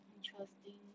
interesting